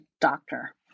doctor